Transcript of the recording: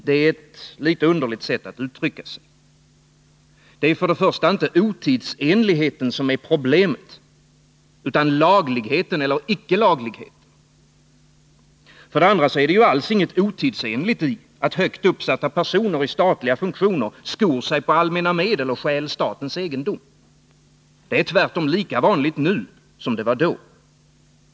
Det är ett litet underligt sätt att uttrycka sig. Det är för det första inte otidsenligheten som är problemet utan frågan om laglighet eller icke laglighet. För det andra är det ju alls inget otidsenligt i att högt uppsatta personer i statliga funktioner skor sig på allmänna medel och stjäl statens egendom. Det är tvärtom lika vanligt nu som det var då.